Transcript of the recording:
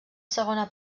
segona